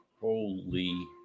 Holy